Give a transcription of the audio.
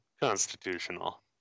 constitutional